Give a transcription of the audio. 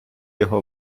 його